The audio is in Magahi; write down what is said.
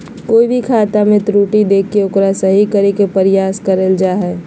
कोय भी खाता मे त्रुटि देख के ओकरा सही करे के प्रयास करल जा हय